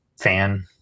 fan